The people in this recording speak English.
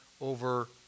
over